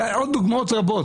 ועוד דוגמאות רבות,